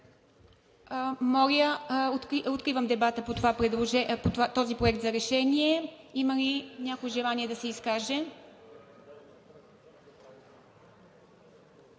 Ви. Откривам дебата по този проект за решение. Има ли някой желание да се изкаже?